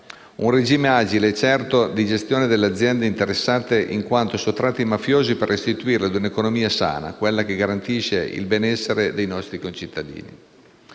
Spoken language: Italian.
un regime agile e certo di gestione delle aziende interessate in quanto sottratte ai mafiosi per restituirle ad una economia sana, quella che garantisce il benessere dei nostri concittadini.